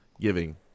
giving